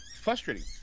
frustrating